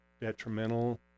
detrimental